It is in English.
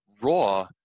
Raw